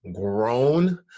grown